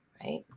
Right